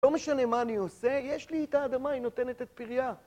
לא משנה מה אני עושה, יש לי את האדמה, היא נותנת את פרייה